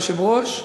היושב-ראש,